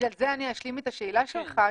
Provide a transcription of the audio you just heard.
בגלל זה אני אשלים את השאלה שלך,